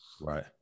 Right